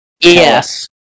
Yes